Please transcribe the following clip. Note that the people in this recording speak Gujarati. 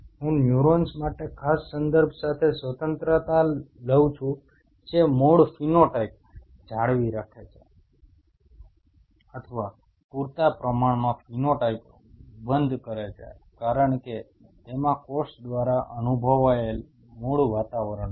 હું ન્યૂરોન્સ માટે ખાસ સંદર્ભ સાથે સ્વતંત્રતા લઉં છું જે મૂળ ફિનોટાઇપ જાળવી રાખે છે અથવા પૂરતા પ્રમાણમાં ફિનોટાઇપ બંધ કરે છે કારણ કે તેમાં કોષ દ્વારા અનુભવાયેલ મૂળ વાતાવરણ છે